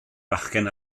bachgen